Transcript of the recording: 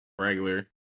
regular